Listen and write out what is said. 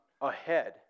ahead